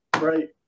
Right